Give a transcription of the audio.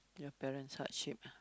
your parents hardship